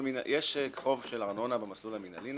חוב של ארנונה במסלול המינהלי.